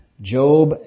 Job